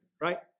right